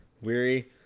weary